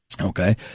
Okay